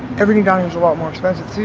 everything down here's a lot more expensive too